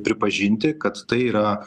pripažinti kad tai yra